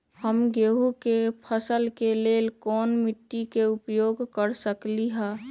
हम गेंहू के फसल के लेल कोन मिट्टी के उपयोग कर सकली ह?